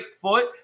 foot